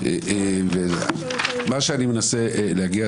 אני מנסה שנקבע